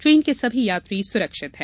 train के सभी यात्री सुरक्षित हैं